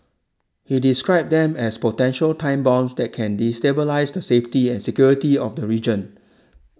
he described them as potential time bombs that can destabilise the safety and security of the region